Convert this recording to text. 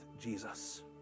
Jesus